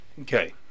Okay